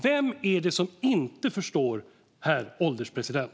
Vem är det som inte förstår, herr ålderspresident?